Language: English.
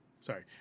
Sorry